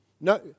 No